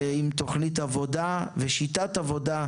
עם תוכנית עבודה ושיטת עבודה,